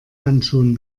handschuhen